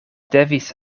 devis